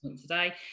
today